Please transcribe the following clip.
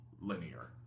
linear